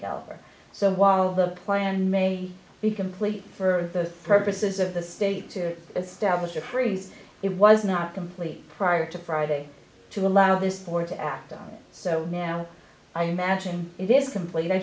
caliber so while the plan may be complete for the purposes of the state to establish a freeze it was not complete prior to friday to allow this board to act on it so now i imagine it is complete i